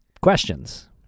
Questions